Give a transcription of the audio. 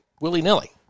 willy-nilly